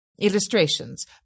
Illustrations